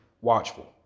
watchful